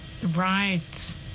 Right